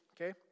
okay